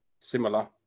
similar